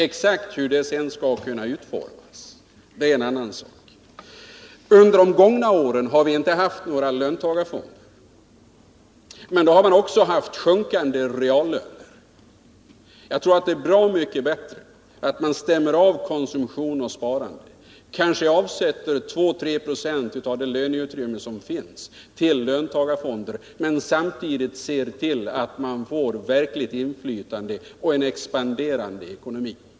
Exakt hur det skall utformas är en annan sak. Under de gångna åren har vi inte haft några löntagarfonder. Men då har vi också haft sjunkande reallöner. Jag tror att det är bra mycket bättre att man stämmer av konsumtion och sparande, kanske genom att avsätta 2 å 3 26 av det löneutrymme som finns till löntagarfonder. Samtidigt skall man se till att löntagarna får verkligt inflytande och att vi får en expanderande ekonomi.